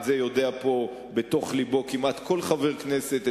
את זה יודע בתוך לבו כמעט כל חבר כנסת,